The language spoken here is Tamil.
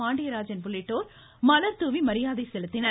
பாண்டியராஜன் உள்ளிட்டோர் மலர்தூவி மரியாதை செலுத்தினர்